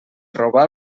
robar